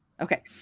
okay